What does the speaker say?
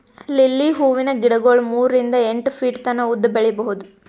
lily ಹೂವಿನ ಗಿಡಗೊಳ್ ಮೂರಿಂದ್ ಎಂಟ್ ಫೀಟ್ ತನ ಉದ್ದ್ ಬೆಳಿಬಹುದ್